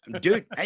dude